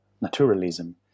naturalism